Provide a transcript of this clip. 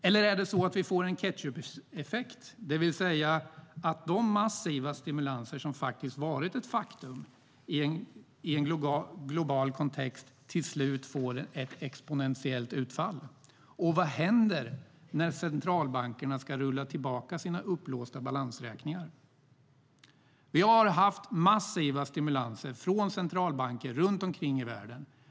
Eller är det så att vi får en ketchupeffekt, det vill säga att de massiva stimulanser som faktiskt varit ett faktum i en global kontext till slut får ett exponentiellt utfall? Och vad händer när centralbankerna ska rulla tillbaka sina uppblåsta balansräkningar? Vi har haft massiva stimulanser från centralbanker runt omkring i världen.